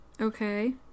Okay